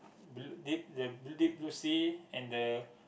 blue the deep blue sea and the